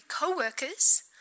co-workers